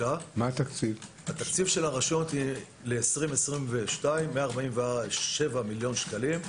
התקציב של הרשויות ל-2022 147 מיליון שקלים,